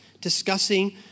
discussing